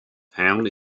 town